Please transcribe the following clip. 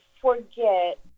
forget